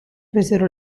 presero